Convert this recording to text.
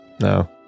No